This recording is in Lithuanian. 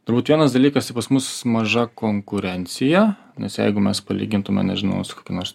turbūt vienas dalykas tai pas mus maža konkurencija nes jeigu mes palygintume nežinau su kokia nors